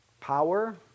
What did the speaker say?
power